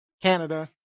Canada